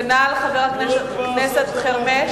כנ"ל חבר הכנסת חרמש,